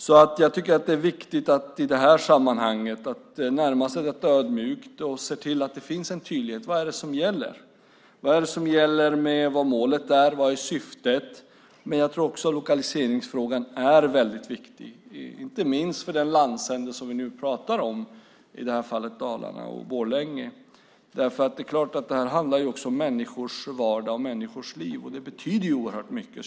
Det är viktigt att i detta sammanhang ödmjukt närma sig frågan och se till att det finns en tydlighet om vad som gäller, vad målet är, vad syftet är. Dessutom tror jag att lokaliseringsfrågan är väldigt viktig, inte minst för den landsända som vi nu talar om, i det här fallet alltså Dalarna och Borlänge. Det handlar ju också om människors vardag och liv, vilket betyder oerhört mycket.